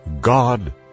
God